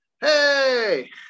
hey